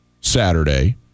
Saturday